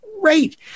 great